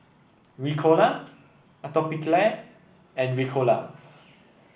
Ricola Atopiclair and Ricola